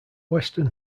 western